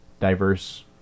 diverse